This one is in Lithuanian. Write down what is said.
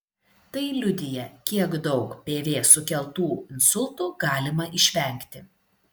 tai liudija kiek daug pv sukeltų insultų galima išvengti